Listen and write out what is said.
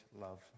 love